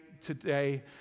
today